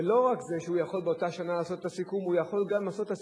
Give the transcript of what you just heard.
ולא רק שהוא יכול באותה שנה לעשות את הסיכום,